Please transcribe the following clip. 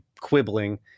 quibbling